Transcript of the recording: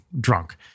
drunk